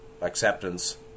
acceptance